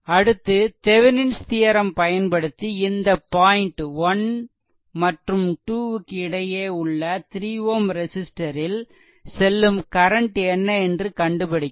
அடுத்து Thevenin's theorem theorem பயன்படுத்தி இந்த பாய்ன்ட் 1 மற்றும் 2 க்கிடையே உள்ள 3 Ω ரெசிஸ்ட்டரில் செல்லும் கரண்ட் என்ன என்று கண்டுபிடிக்கவும்